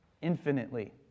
Infinitely